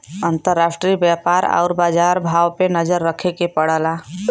अंतराष्ट्रीय व्यापार आउर बाजार भाव पे नजर रखे के पड़ला